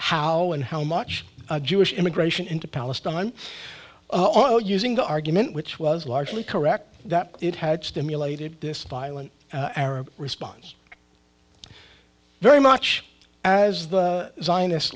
how and how much jewish immigration into palestine oh using the argument which was largely correct that it had stimulated this violent arab response very much as the